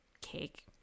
cake